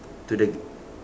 to the